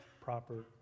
proper